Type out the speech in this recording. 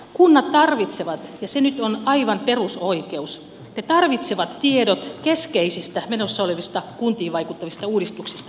kunnat tarvitsevat ja se nyt on aivan perusoikeus tiedot keskeisistä menossa olevista kuntiin vaikuttavista uudistuksista